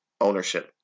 ownership